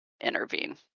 intervene